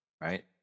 right